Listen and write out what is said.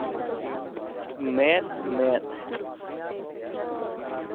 ᱢᱮᱸᱫᱼᱢᱮᱸᱫ